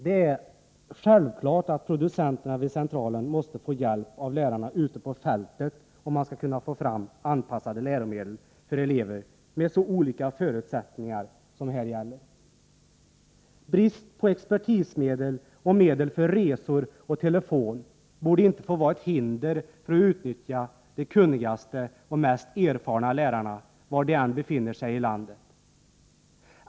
Det är självklart att producenterna vid centralen måste få hjälp av lärarna ute på fältet om man skall kunna få fram anpassade läromedel för elever med så olika förutsättningar som här gäller. Brist på expertismedel och medel för resor och telefon borde inte få vara ett hinder för att utnyttja de kunnigaste och mest erfarna lärarna var de än befinner sig i landet.